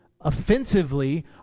offensively